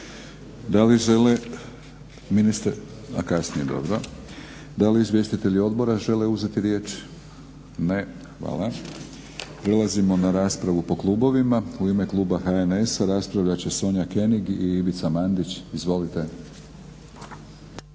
Da li izvjestitelji odbora žele uzeti riječ? Ne. Hvala. Prelazimo na raspravu po klubovima. U ime kluba HNS-a raspravljat će Sonja König i Ivica Mandić. Izvolite.